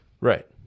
Right